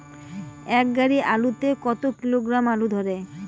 এক গাড়ি আলু তে কত কিলোগ্রাম আলু ধরে?